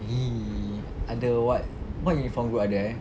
!ee! ada what what uniformed group ada eh